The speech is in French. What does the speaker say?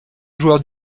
joueurs